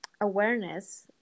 awareness